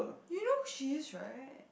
you know who she is right